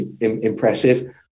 impressive